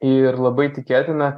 ir labai tikėtina